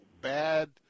bad